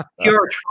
pure